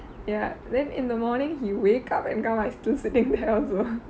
ya then in the morning he wake up and come out I'm still sitting there also